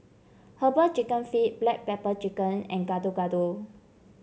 herbal chicken feet Black Pepper Chicken and Gado Gado